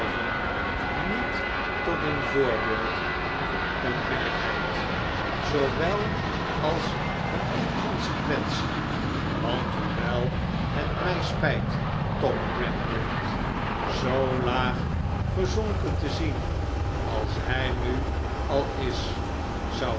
niet tot een voorbeeld van onbillijkheid zoowel als van inconsequentie want hoewel het mij spijt tom gradgrind zoo laag gezonken te zien als hij nu al is